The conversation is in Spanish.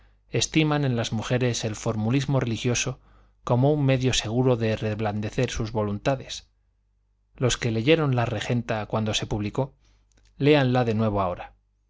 estiman en las mujeres el formulismo religioso como un medio seguro de reblandecer sus voluntades los que leyeron la regenta cuando se publicó léanla de nuevo ahora